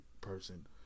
person